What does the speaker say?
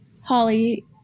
Holly